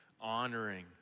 Honoring